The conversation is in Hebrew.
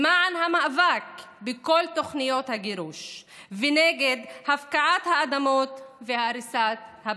למען המאבק בכל תוכניות הגירוש ונגד הפקעת האדמות והריסת הבתים.